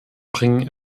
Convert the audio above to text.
bringen